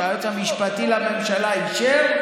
והיועץ המשפטי לממשלה אפשר,